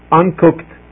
uncooked